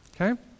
okay